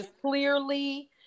Clearly